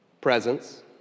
Presence